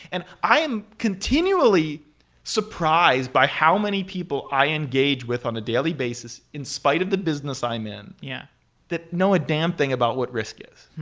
and i am continually surprised by how many people i engage with on a daily basis in spite of the business i'm in yeah that know a damn thing about what risk is.